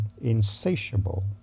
insatiable